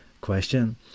question